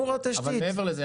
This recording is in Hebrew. אבל מעבר לזה,